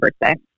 birthday